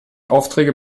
aufträge